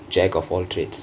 jack of all trades